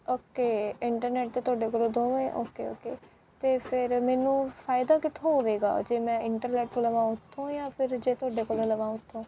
okay internet ਤੋਂ ਤੁਹਾਡੇ ਕੋਲ ਦੋਵੇਂ ਓਕੇ ਓਕੇ ਅਤੇ ਫਿਰ ਮੈਨੂੰ ਫ਼ਾਇਦਾ ਕਿੱਥੋਂ ਹੋਵੇਗਾ ਜੇ ਮੈਂ ਇੰਟਰਨੈਟ ਲਵਾਂ ਉੱਥੋਂ ਜਾਂ ਫਿਰ ਜੇ ਤੁਹਾਡੇ ਕੋਲ ਲਵਾਂ ਉੱਥੋਂ